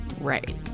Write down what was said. Right